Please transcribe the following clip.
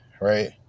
right